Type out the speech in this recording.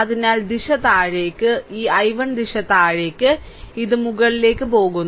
അതിനാൽ ദിശ താഴേക്ക് ഈ I1 ദിശ താഴേക്ക് ഇത് മുകളിലേക്ക് പോകുന്നു